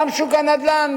גם שוק הנדל"ן,